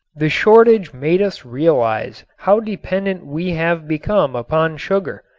the shortage made us realize how dependent we have become upon sugar.